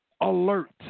alert